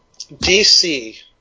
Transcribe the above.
DC